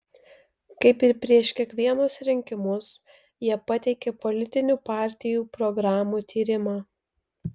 kaip ir prieš kiekvienus rinkimus jie pateikia politinių partijų programų tyrimą